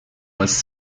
was